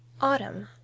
Autumn